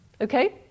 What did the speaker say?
Okay